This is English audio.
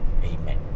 Amen